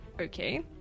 Okay